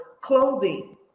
clothing